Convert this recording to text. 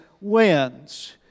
wins